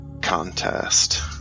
contest